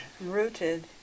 rooted